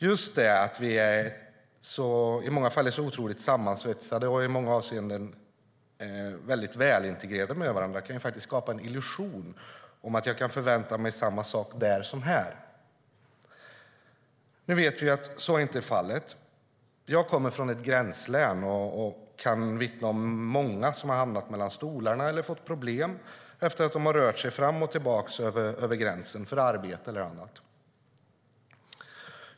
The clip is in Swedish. Just det faktum att vi i många avseenden är sammansvetsade och välintegrerade med varandra kan skapa en illusion av att vi kan förvänta oss samma sak där som här. Men jag vet att så inte är fallet. Jag kommer från ett gränslän och kan vittna om många som har hamnat mellan stolarna eller fått problem efter att ha rört sig fram och tillbaka över gränsen för arbete eller annat.